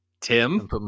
Tim